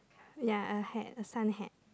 ya and a hat a sun hat